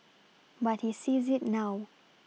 but he sees it now